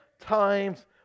times